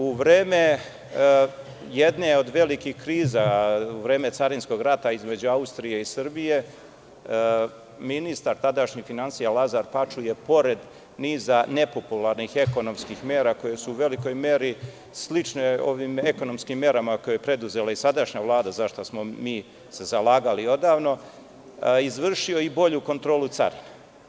U vreme jedne od velikih kriza, u vreme carinskog rata između Austrije i Srbije, ministar tadašnji finansija, Lazar Paču je pored niza nepopularnih ekonomskih mera koje su u velikoj meri slične onim ekonomskim merama koje je preduzela i sadašnja Vlada, za šta smo se zalagali odavno, izvršio i bolju kontrolu carina.